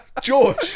George